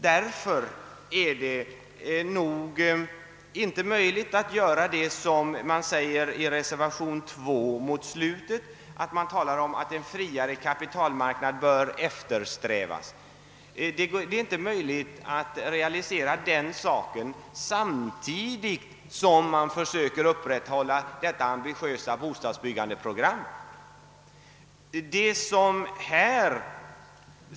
Därför är det inte möjligt att, såsom säges i reservation nr 2,realisera en friare kapitalmarknad samtidigt som vi försöker att upprätthålla detta ambitiösa bostadsbyggnadsprogram.